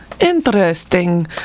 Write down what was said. Interesting